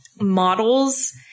models